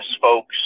folks